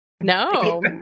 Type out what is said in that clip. No